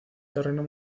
terreno